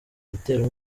igitero